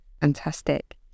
Fantastic